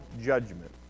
judgment